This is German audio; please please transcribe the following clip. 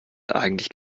eigentlich